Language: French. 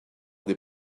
des